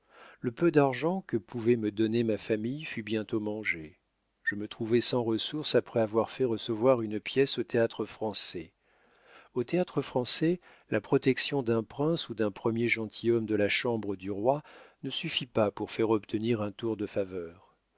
le peu d'argent que pouvait me donner ma famille fut bientôt mangé je me trouvai sans ressource après avoir fait recevoir une pièce au théâtre-français au théâtre-français la protection d'un prince ou d'un premier gentilhomme de la chambre du roi ne suffit pas pour faire obtenir un tour de faveur